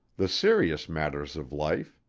the serious matters of life,